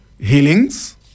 healings